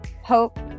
hope